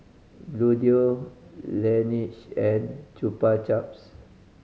Bluedio Laneige and Chupa Chups